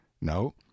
No